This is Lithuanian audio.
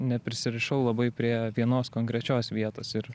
neprisirišau labai prie vienos konkrečios vietos ir